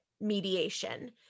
mediation